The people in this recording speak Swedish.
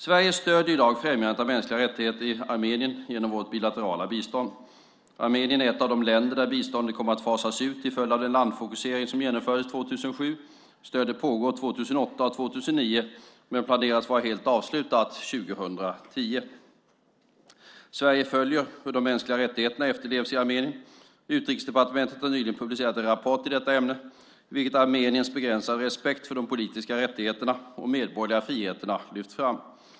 Sverige stöder i dag främjandet av mänskliga rättigheter i Armenien genom vårt bilaterala bistånd. Armenien är ett av de länder där biståndet kommer att fasas ut till följd av den landsfokusering som genomfördes 2007. Stödet pågår 2008 och 2009 men planeras vara helt avslutat 2010. Sverige följer hur de mänskliga rättigheterna efterlevs i Armenien. Utrikesdepartementet har publicerat en rapport i detta ämne, i vilken Armeniens begränsade respekt för politiska rättigheter och medborgerliga friheter lyfts fram.